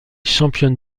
championne